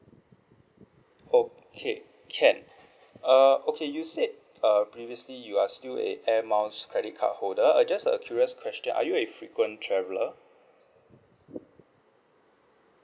okay can err okay you said err previously you are still a air miles credit card holder uh just a curious question are you a frequent traveller